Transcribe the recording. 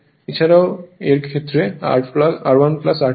এছাড়াও র এর ক্ষেত্রে R1 R2 হয়